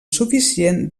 suficient